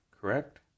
correct